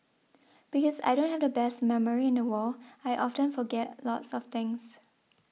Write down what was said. because I don't have the best memory in the world I often forget lots of things